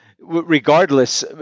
regardless